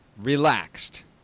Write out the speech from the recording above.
relaxed